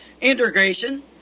integration